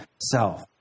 self